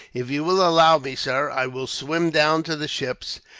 if you will allow me, sir, i will swim down to the ships,